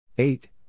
Eight